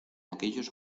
aquellos